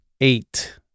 eight